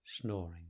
snoring